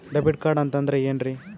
Debit card ಅಂತಂದ್ರೆ ಏನ್ರೀ?